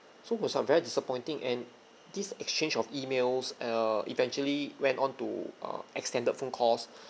so was uh very disappointing and this exchange of emails err eventually went on to uh extended phone calls